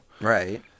Right